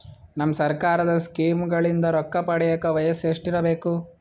ನಮ್ಮ ಸರ್ಕಾರದ ಸ್ಕೀಮ್ಗಳಿಂದ ರೊಕ್ಕ ಪಡಿಯಕ ವಯಸ್ಸು ಎಷ್ಟಿರಬೇಕು?